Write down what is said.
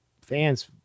fans